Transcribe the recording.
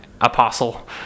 apostle